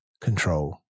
control